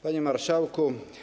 Panie Marszałku!